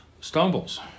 stumbles